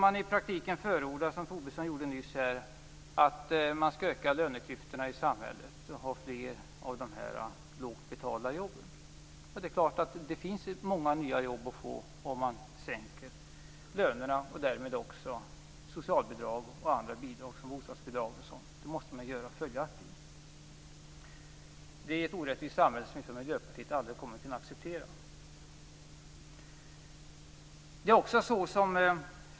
Lars Tobisson förordar att man skall öka löneklyftorna i samhället och ha fler lågt betalda jobb. Det är klart att det kan skapas många nya jobb om man sänker lönerna och därmed också socialbidrag och andra bidrag som bostadsbidrag m.m. Det innebär ett orättvist samhälle som Miljöpartiet aldrig kommer att kunna acceptera.